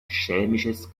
schelmisches